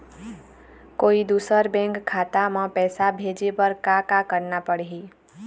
कोई दूसर बैंक खाता म पैसा भेजे बर का का करना पड़ही?